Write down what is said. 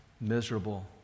miserable